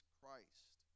Christ